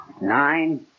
Nine